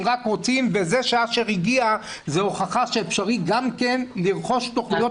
אם רק רוצים וזה שאשר הגיע זו הוכחה שאפשרי גם כן לרכוש תכניות